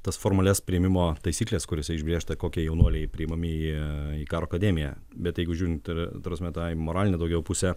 tas formalias priėmimo taisykles kuriose išbrėžta kokie jaunuoliai priimami į į karo akademiją bet jeigu žiūrint ta prasme tą į moralinę daugiau pusę